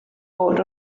fod